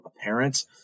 apparent